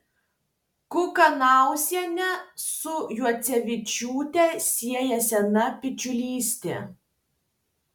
kukanauzienę su juodzevičiūte sieja sena bičiulystė